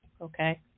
Okay